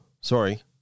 Sorry